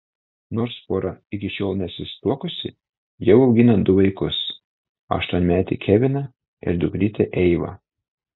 nors pora iki šiol nesusituokusi jau augina du vaikus aštuonmetį keviną ir dukrytę eivą